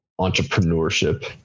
entrepreneurship